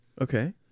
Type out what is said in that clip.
Okay